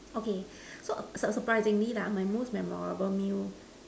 okay so surprisingly lah my most memorable meal